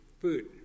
food